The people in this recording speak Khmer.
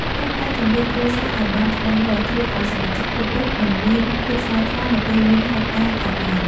ផែនការជម្លៀសគ្រួសារឱ្យបានច្បាស់លាស់ជួយឱ្យសមាជិកគ្រប់រូបមិនមានភាពស្លន់ស្លោនៅពេលមានហេតុការណ៍កើតឡើង។